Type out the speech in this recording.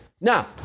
Now